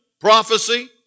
prophecy